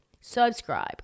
subscribe